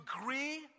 agree